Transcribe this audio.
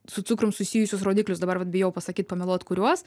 su cukrum susijusius rodiklius dabar vat bijau pasakyt pameluot kuriuos